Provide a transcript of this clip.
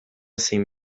zein